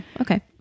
okay